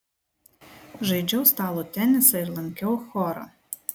žaidžiau stalo tenisą ir lankiau chorą